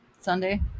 Sunday